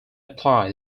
apply